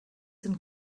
sind